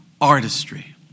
artistry